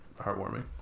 heartwarming